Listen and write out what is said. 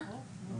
בבקשה.